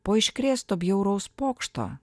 po iškrėsto bjauraus pokšto